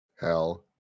hell